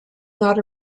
not